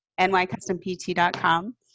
nycustompt.com